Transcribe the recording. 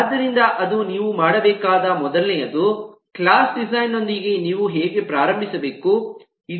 ಆದ್ದರಿಂದ ಅದು ನೀವು ಮಾಡಬೇಕಾದ ಮೊದಲನೆಯದು ಕ್ಲಾಸ್ ಡಿಸೈನ್ ನೊಂದಿಗೆ ನೀವು ಹೇಗೆ ಪ್ರಾರಂಭಿಸಬೇಕು